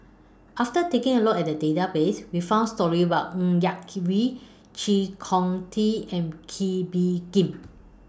after taking A Look At The Database We found stories about Ng Yak Whee Chee Kong Tet and Kee Bee Khim